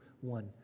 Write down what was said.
one